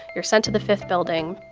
you're sent to the fifth building.